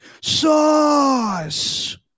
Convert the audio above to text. sauce